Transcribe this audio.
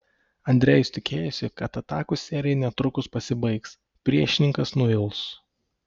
andrejus tikėjosi kad atakų serija netrukus pasibaigs priešininkas nuils